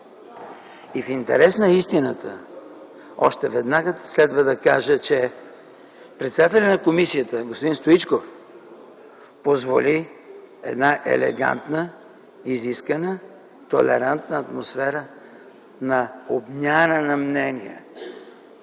И в интерес на истината още веднага следва да кажа, че председателят на комисията господин Стоичков позволи една елегантна, изискана, толерантна атмосфера на обмяна на мнения,